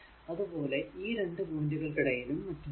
അതുപോലെ ഈ രണ്ടു പോയിന്റുകൾക്കിടയിലും മറ്റൊന്നും ഇല്ല